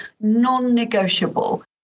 non-negotiable